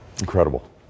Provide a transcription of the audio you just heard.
Incredible